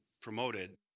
promoted